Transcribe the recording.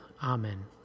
Amen